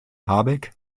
habeck